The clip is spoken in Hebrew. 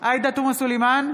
עאידה תומא סלימאן,